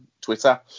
twitter